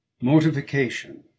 Mortification